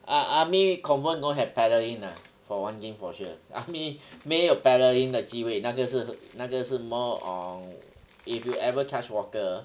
ah ah army confirmed don't have paddling lah for one thing for sure army 没有 paddling 的机会那个是那个是 more on if you ever touch water